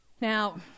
Now